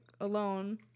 alone